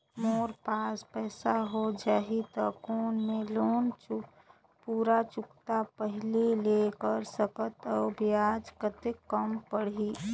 मोर पास पईसा हो जाही त कौन मैं लोन पूरा चुकता पहली ले कर सकथव अउ ब्याज कतेक कम पड़ही?